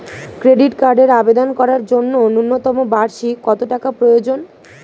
Credit কার্ডের আবেদন করার জন্য ন্যূনতম বার্ষিক কত টাকা প্রয়োজন?